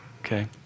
okay